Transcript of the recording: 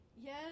Yes